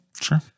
Sure